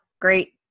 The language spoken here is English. great